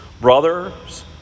brothers